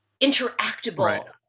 interactable